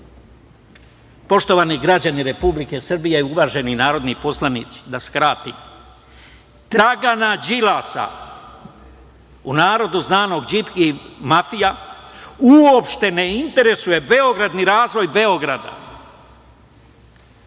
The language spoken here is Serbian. stranu. Poštovani građani Republike Srbije, uvaženi narodni poslanici, da skratim. Dragana Đilasa, u narodu znanog "Điki mafija" uopšte ne interesuje Beograd ni razvoj Beograda,